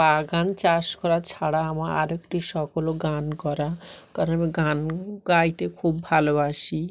বাগান চাষ করা ছাড়া আমার আরেকটি শখ হলো গান করা কারণ আমি গান গাইতে খুব ভালোবাসি